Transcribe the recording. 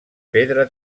pedra